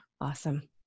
Awesome